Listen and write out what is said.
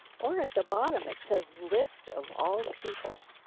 or at the bottom, it says list of all people.